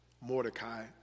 Mordecai